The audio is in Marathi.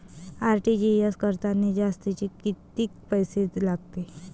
आर.टी.जी.एस करतांनी जास्तचे कितीक पैसे लागते?